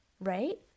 right